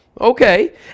okay